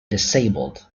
disabled